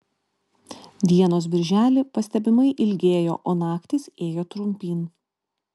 dienos birželį pastebimai ilgėjo o naktys ėjo trumpyn